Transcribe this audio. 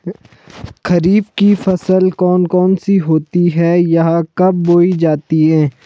खरीफ की फसल कौन कौन सी होती हैं यह कब बोई जाती हैं?